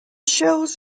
shells